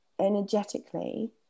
energetically